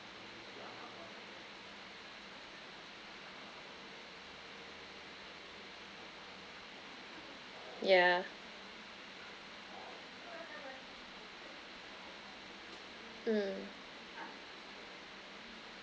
yeah mm